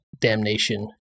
damnation